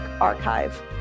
Archive